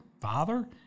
father